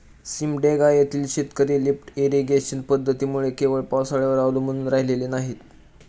सिमडेगा येथील शेतकरी lift irrigation पद्धतीमुळे केवळ पावसाळ्यावर अवलंबून राहिलेली नाहीत